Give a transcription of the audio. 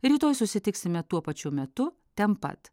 rytoj susitiksime tuo pačiu metu ten pat